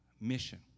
mission